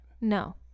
No